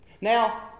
Now